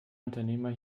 unternehmer